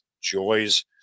joys